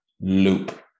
loop